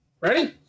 Ready